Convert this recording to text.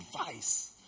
advice